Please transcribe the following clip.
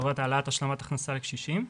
לטובת העלאת השלמת הכנסה לקשישים,